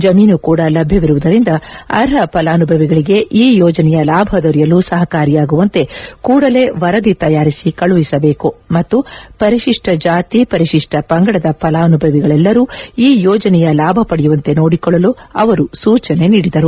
ಜಮೀನು ಕೂಡ ಲಭ್ಯವಿರುವುದರಿಂದ ಅರ್ಹ ಫಲಾನುಭವಿಗಳಿಗೆ ಈ ಯೋಜನೆಯ ಲಾಭ ದೊರೆಯಲು ಸಹಕಾರಿಯಾಗುವಂತೆ ಕೂಡಲೆ ತಯಾರಿಸಿ ಕಳುಹಿಸಬೇಕು ಮತ್ತು ಪರಿತಿಷ್ಟ ಜಾತಿ ಪರಿಶಿಷ್ಟ ಪಂಗಡದ ಫಲಾನುಭವಿಗಳೆಲ್ಲರೂ ಈ ಯೋಜನೆಯ ಲಾಭ ಪಡೆಯುವಂತೆ ನೋಡಿಕೊಳ್ಳಲು ಸೂಚನೆ ನೀಡಿದರು